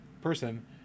person